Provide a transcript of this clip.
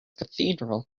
cathedral